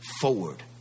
forward